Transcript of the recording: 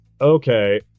Okay